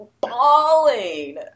bawling